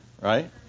Right